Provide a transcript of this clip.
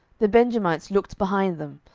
the benjamites looked behind them,